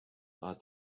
are